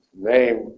name